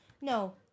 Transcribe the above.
No